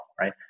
right